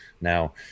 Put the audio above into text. now